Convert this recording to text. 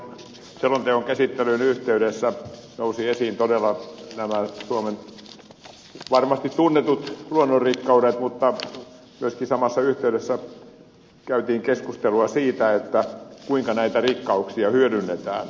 selonteon käsittelyn yhteydessä nousivat esiin todella nämä suomen varmasti tunnetut luonnonrikkaudet mutta myöskin samassa yhteydessä käytiin keskustelua siitä kuinka näitä rikkauksia hyödynnetään